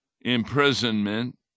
imprisonment